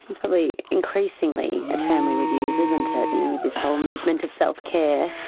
it's probably increasingly a term we would use, isn't it, you know with this whole movement of self-care.